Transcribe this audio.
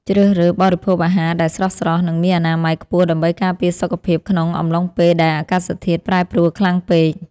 ជ្រើសរើសបរិភោគអាហារដែលស្រស់ៗនិងមានអនាម័យខ្ពស់ដើម្បីការពារសុខភាពក្នុងអំឡុងពេលដែលអាកាសធាតុប្រែប្រួលខ្លាំងពេក។